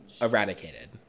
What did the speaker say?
Eradicated